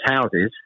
houses